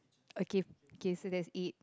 okay k so that's eight